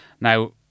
now